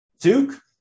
duke